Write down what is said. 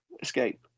escape